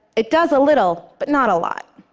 it does a little, but not a lot.